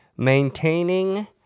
Maintaining